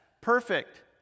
perfect